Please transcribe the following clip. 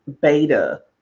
beta